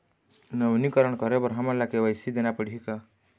नवीनीकरण करे बर हमन ला के.वाई.सी देना पड़ही का?